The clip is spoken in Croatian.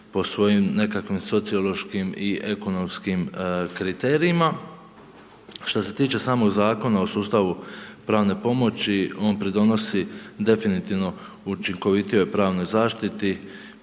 po svojim nekakvim sociološkim i ekonomskim kriterijima. Što se tiče samog zakona o sustavu pravne pomoći on pridonosi definitivno učinkovitijoj pravnoj zaštiti